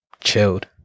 chilled